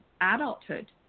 adulthood